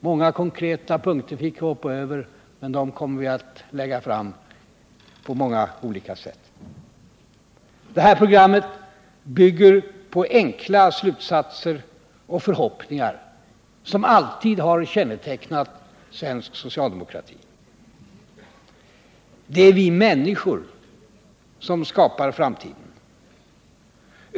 Många konkreta punkter fick jag hoppa över, men dem kommer vi att lägga fram på olika sätt. Programmet bygger på enkla slutsatser och förhoppningar som alltid kännetecknat svensk socialdemokrati. Det är vi människor som skapar framtiden.